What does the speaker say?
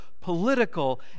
political